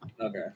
Okay